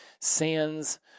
sands